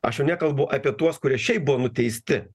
aš jau nekalbu apie tuos kurie šiaip buvo nuteisti